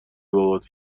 بابات